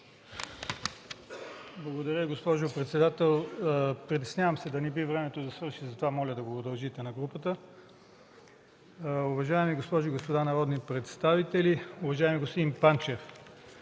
Благодаря, госпожо председател. Притеснявам се да не би времето да свърши, затова моля да удължите времето на групата. Уважаеми госпожи и господа народни представители, уважаеми господин Панчев!